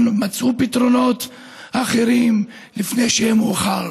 מצאו פתרונות אחרים לפני שיהיה מאוחר.